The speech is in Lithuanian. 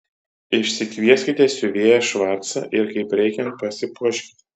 išsikvieskite siuvėją švarcą ir kaip reikiant pasipuoškite